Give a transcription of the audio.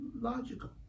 logical